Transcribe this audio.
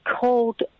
called